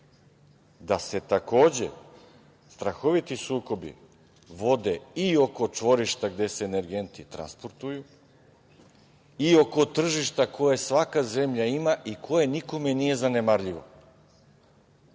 da se takođe strahoviti sukobi vode i oko čvorišta gde se energenti transportuju i oko tržišta koje svaka zemlja ima i koje nikome nije zanemarljivo.